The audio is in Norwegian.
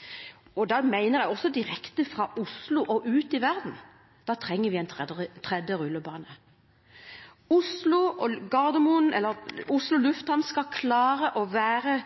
direkte. Da mener jeg også direkte fra Oslo og ut i verden. Da trenger vi en tredje rullebane. Oslo lufthavn skal klare å være